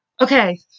okay